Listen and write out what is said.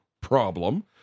problem